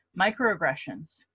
microaggressions